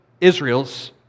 Israel's